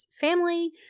family